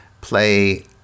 Play